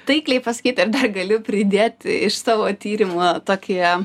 taikliai pasakyta ir dar galiu pridėti iš savo tyrimo tokį